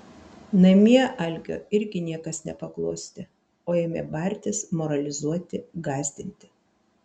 namie algio irgi niekas nepaglostė o ėmė bartis moralizuoti gąsdinti